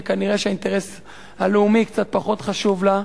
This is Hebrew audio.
וכנראה האינטרס הלאומי קצת פחות חשוב לה.